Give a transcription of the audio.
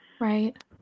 Right